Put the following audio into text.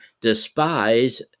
despise